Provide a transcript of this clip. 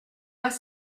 pas